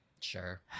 sure